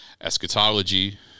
eschatology